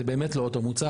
זה באמת לא אותו מוצר,